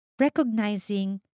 recognizing